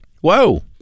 Whoa